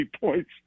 points